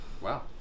Wow